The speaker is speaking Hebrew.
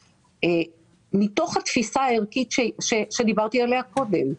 מתוך התפיסה הערכית שדיברתי עליה קודם,